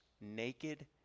naked